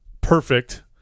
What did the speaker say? perfect